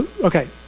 okay